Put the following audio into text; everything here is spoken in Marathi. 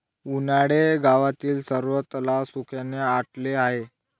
उन्हामुळे गावातील सर्व तलाव सुखाने आटले आहेत